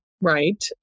right